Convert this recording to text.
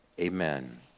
amen